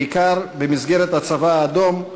בעיקר במסגרת הצבא האדום,